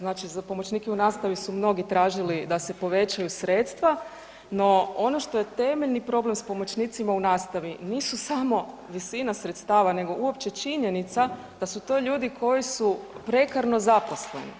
Znači za pomoćnike u nastavi su mnogi tražili da se povećaju sredstva, no ono što je temeljni problem s pomoćnicima u nastavi, nisu samo visina sredstava, nego uopće činjenica da su to ljudi koji su prekarno zaposleni.